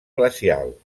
glacial